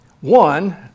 One